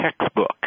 textbook